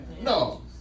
No